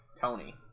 Tony